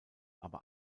aber